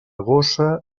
gossa